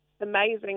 amazing